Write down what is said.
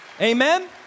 Amen